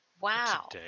Wow